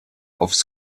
aufs